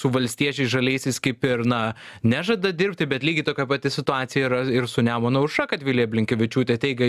su valstiečiais žaliaisiais kaip ir na nežada dirbti bet lygiai tokia pati situacija yra ir su nemuno aušra kad vilija blinkevičiūtė teigė